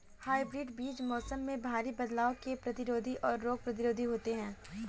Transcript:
hybrid बीज मौसम में भारी बदलाव के प्रतिरोधी और रोग प्रतिरोधी होते हैं